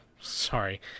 sorry